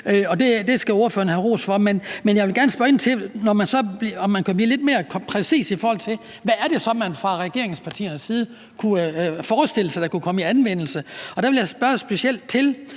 Det skal ordføreren have ros for. Men jeg vil gerne spørge ind til, om man kan blive lidt mere præcis, i forhold til hvad det så er, man fra regeringspartiernes side kunne forestille sig kunne komme i anvendelse. Jeg vil specielt spørge til